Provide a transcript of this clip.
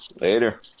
Later